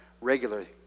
regularly